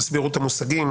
תסבירו את המושגים,